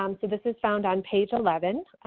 um so, this is found on page eleven.